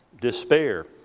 despair